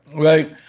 right.